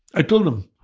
i told them,